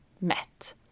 met